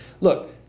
look